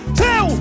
two